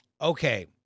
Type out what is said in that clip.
Okay